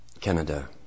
Canada